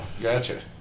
gotcha